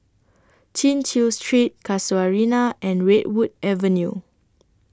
Chin Chew Street Casuarina and Redwood Avenue